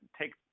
take